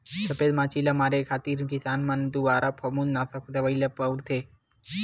सफेद मांछी ल मारे खातिर किसान मन दुवारा फफूंदनासक दवई ल बउरथे